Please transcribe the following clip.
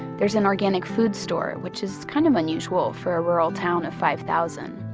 there's an organic food store which is kind of unusual for a rural town of five thousand.